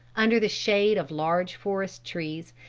under the shade of large forest trees,